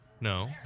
No